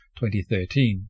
2013